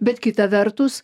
bet kita vertus